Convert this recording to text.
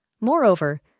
Moreover